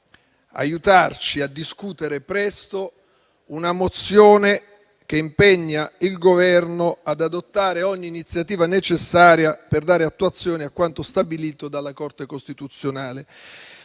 aiutarci a discutere presto una mozione che impegna il Governo ad adottare ogni iniziativa necessaria per dare attuazione a quanto stabilito dalla Corte costituzionale